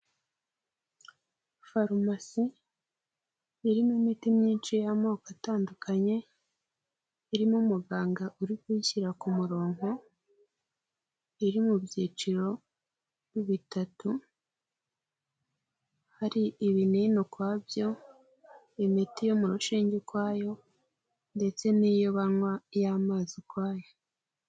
Farumasi irimo imiti myinshi y'amoko atandukanye, irimo umuganga uri kuyishyira ku murongo, iri mu byiciro bitatu, hari ibinini ukwabyo, imiti yo mu rushinge ukwayo ndetse n'iyo banywa iy'amazi ukwayo.